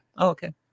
Okay